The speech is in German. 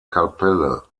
kapelle